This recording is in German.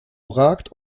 ragt